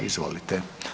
Izvolite.